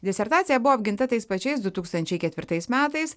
disertacija buvo apginta tais pačiais du tūkstančiai ketvirtais metais